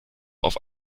auf